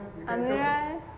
amirah leh